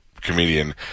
comedian